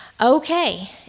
Okay